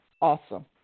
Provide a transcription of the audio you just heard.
awesome